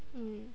mm